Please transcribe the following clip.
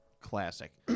classic